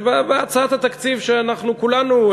הצעת התקציב שאנחנו כולנו,